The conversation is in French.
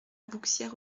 bouxières